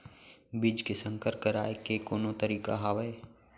बीज के संकर कराय के कोनो तरीका हावय?